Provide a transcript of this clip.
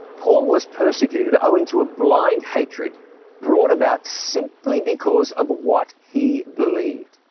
paul was persecuted owing to a blind hatred brought about simply because of what he believed.